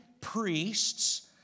priests